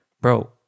bro